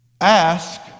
Ask